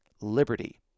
liberty